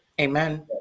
Amen